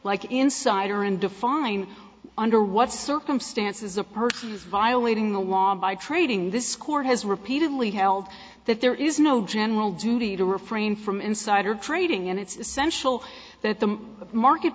like insider and define under what circumstances a person is violating the law by trading this court has repeatedly held that there is no general duty to refrain from insider trading and it's essential that the market